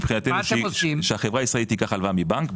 מבחינתנו שחברה ישראלית תיקח הלוואה מבנק,